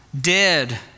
Dead